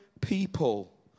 people